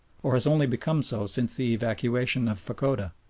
or has only become so since the evacuation of fachoda.